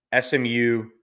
SMU